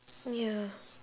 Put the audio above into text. ya